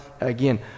again